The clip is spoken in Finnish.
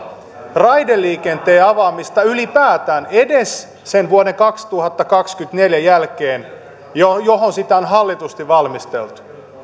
raideliikenteen avaamista ylipäätään edes sen vuoden kaksituhattakaksikymmentäneljä jälkeen johon johon sitä on hallitusti valmisteltu